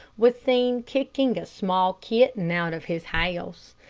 was seen kicking a small kitten out of his house.